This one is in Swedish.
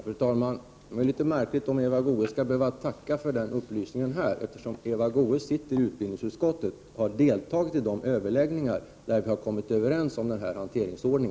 Fru talman! Det är något märkligt att Eva Goéös skall behöva tacka för den upplysningen här, eftersom hon sitter i utbildningsutskottet och därför deltagit i de överläggningar där vi har kommit överens om denna hanteringsordning.